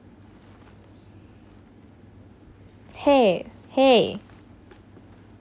!hey! !hey!